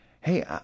Hey